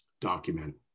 Document